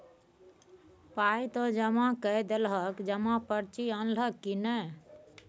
पाय त जमा कए देलहक जमा पर्ची अनलहक की नै